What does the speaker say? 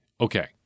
okay